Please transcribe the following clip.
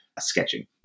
sketching